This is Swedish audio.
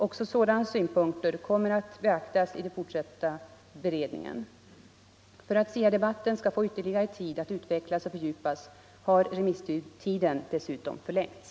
Också sådana synpunkter kommer att beaktas i den fortsatta beredningen. För att SIA-debatten skall få ytterligare tid att utvecklas och fördjupas har remisstiden dessutom förlängts.